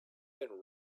can